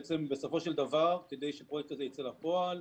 בסופו של דבר, כדי שהפרויקט הזה ייצא לפועל,